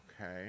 Okay